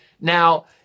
now